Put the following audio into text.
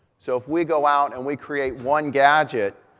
so, if we go out and we create one gadget,